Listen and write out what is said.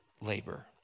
labor